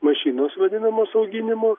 mašinos vadinamos auginimo